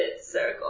circle